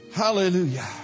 hallelujah